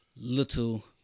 Little